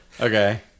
Okay